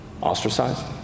ostracized